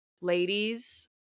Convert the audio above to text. ladies